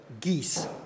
geese